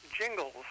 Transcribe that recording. Jingles